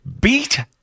beat